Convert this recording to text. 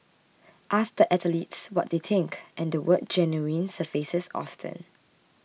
ask the athletes what they think and the word genuine surfaces often